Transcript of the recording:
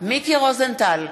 מיקי רוזנטל,